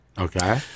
okay